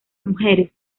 mujeres